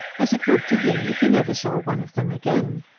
as it would to him if he never saw one of them again.